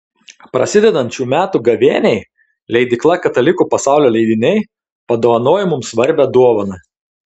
prasidedant šių metų gavėniai leidykla katalikų pasaulio leidiniai padovanojo mums svarbią dovaną